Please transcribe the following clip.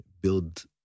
build